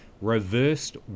reversed